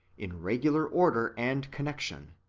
in regular order and connection,